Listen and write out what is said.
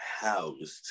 housed